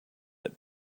that